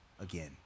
again